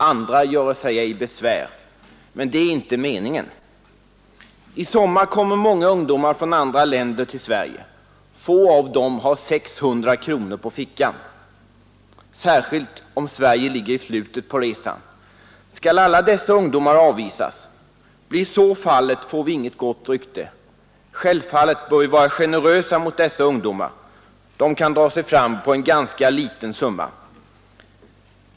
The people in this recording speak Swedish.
Andra göre sig ej besvär. Men det är väl inte meningen? I sommar kommer många ungdomar från andra länder till Sverige. Få av dem har 600 kronor på fickan, särskilt om Sverige ligger i slutet på resan. Skall alla dessa ungdomar avvisas? Blir så fallet får vi inget gott rykte. Självfallet bör vi vara generösa mot dessa ungdomar. De kan dra sig fram på en ganska liten summa.